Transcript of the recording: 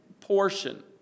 portion